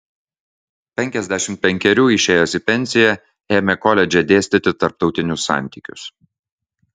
penkiasdešimt penkerių išėjęs į pensiją ėmė koledže dėstyti tarptautinius santykius